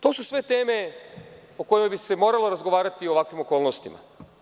To su sve teme o kojima bi se moralo razgovarati u ovakvim okolnostima.